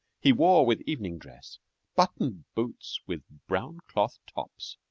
he wore with evening-dress buttoned boots with brown cloth tops!